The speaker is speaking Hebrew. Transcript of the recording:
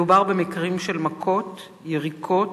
מדובר במקרים של מכות, יריקות,